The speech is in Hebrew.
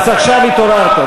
אז עכשיו התעוררת?